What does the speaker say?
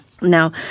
Now